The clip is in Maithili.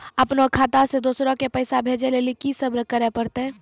अपनो खाता से दूसरा के पैसा भेजै लेली की सब करे परतै?